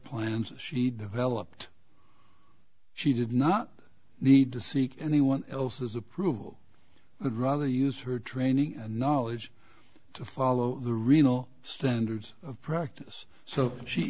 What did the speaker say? plans she developed she did not need to seek anyone else's approval but rather use her training and knowledge to follow the real standards of practice so she